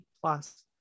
plus